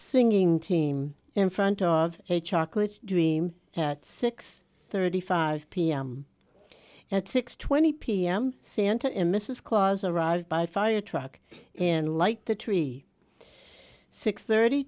singing team in front of a chocolate dream at six thirty five pm at six twenty pm santa and mrs claus arrived by fire truck and light the tree six thirty